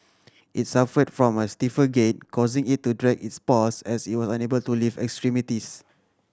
it suffered from a stiffer gait causing it to drag its paws as it was unable to lift extremities